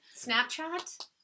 Snapchat